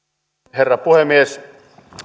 herra puhemies